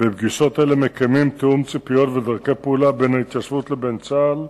ב-2 באוגוסט 2009. הנושא נמצא